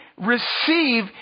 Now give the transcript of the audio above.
receive